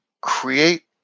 create